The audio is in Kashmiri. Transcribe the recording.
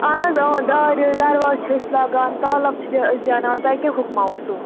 اَہَن حظ دارِ درواز چھِ أسۍ لاگان تالَو چھِ أسۍ دیٛاوٕناوان تۄہہِ کیٛاہ حُکما اوسُو